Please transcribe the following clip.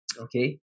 Okay